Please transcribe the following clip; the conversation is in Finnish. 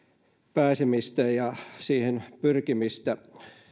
pääsemistä ja siihen pyrkimistä